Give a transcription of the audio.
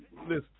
Listen